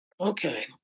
Okay